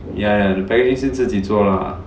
ya ya the packaging 是自己做 lah